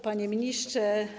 Panie Ministrze!